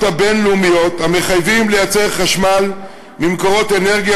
בין-לאומיות המחייבים לייצר חשמל ממקורות אנרגיה